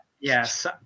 yes